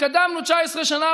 התקדמנו 19 שנה,